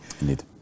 Indeed